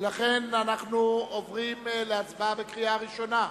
אנחנו עוברים להצבעה בקריאה ראשונה.